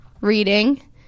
reading